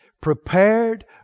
prepared